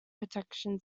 protection